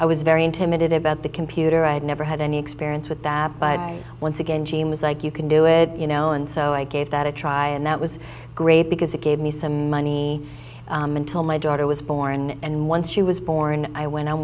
i was very intimidated by the computer i had never had any experience with that but once again james like you can do it you know and so i gave that a try and that was great because it gave me some money until my daughter was born and once she was born i went on